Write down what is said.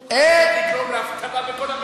האשימו אותך שתגרום לאבטלה בכל המשק,